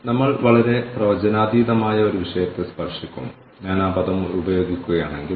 ഇപ്പോൾ നമ്മൾ ചെയ്യുന്നതെന്തിന്റെയും റെക്കോർഡുകൾ സൂക്ഷിക്കുന്നതിനുള്ള വളരെ ലളിതമായ ഒരു മാർഗമാണിത്